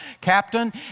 captain